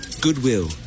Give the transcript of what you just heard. Goodwill